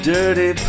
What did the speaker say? Dirty